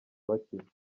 bakizwa